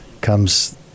comes